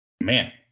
man